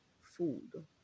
food